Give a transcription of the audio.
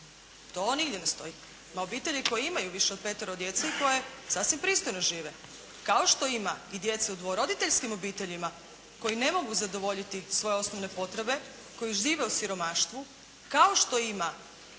To nigdje ne stoji. Ima obitelji koje imaju više od petero djece i koje sasvim pristojno žive, kao što ima i djece u dvoroditeljskim obiteljima koji ne mogu zadovoljiti svoje osnovne potrebe koji žive u siromaštvu, kao što ima